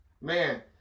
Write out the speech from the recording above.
man